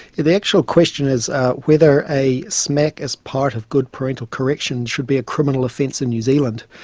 the actual question is whether a smack as part of good parental correction should be a criminal offence in new zealand.